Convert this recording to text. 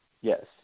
Yes